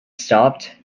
stopped